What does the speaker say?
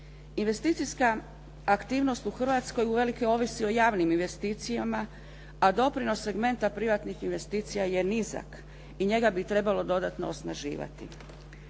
Investicijska aktivnost u Hrvatskoj uvelike ovisi o javnim investicijama a doprinos segmenta privatnih investicija je nizak i njega bi trebalo dodatno osnaživati.